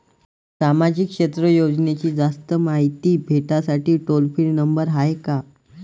सामाजिक क्षेत्र योजनेची जास्त मायती भेटासाठी टोल फ्री नंबर हाय का?